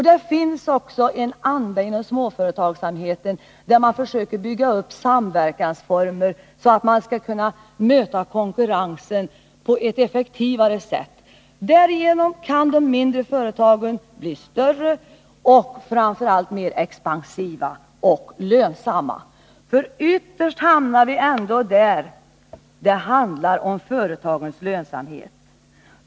Det finns också en anda inom småföretagsamheten, där man försöker bygga upp samverkansformer för att kunna möta konkurrensen på ett effektivare sätt. Därigenom kan de mindre företagen bli större och framför allt mer expansiva och lönsamma. Ytterst hamnar vi ändå där, dvs. att det handlar om företagens lönsamhet.